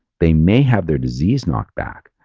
they may have their disease knocked back,